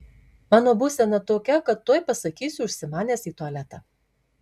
mano būsena tokia kad tuoj pasakysiu užsimanęs į tualetą